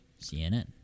CNN